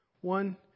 One